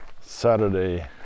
Saturday